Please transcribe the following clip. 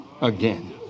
again